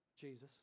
Jesus